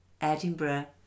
Edinburgh